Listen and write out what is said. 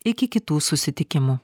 iki kitų susitikimų